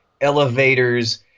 elevators